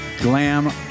glam